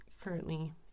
currently